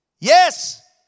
Yes